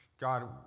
God